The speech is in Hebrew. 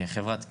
חברת כלל,